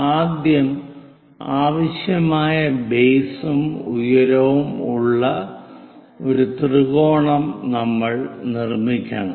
ആദ്യം ആവശ്യമായ ബേസും ഉയരവും ഉള്ള ഒരു ത്രികോണം നമ്മൾ നിർമ്മിക്കണം